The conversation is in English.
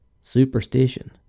superstition